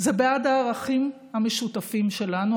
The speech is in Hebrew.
זה בעד הערכים המשותפים שלנו,